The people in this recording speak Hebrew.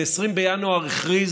ב-20 בינואר הכריז